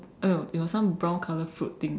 eh no it was some brown color fruit thing